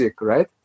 right